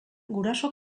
guraso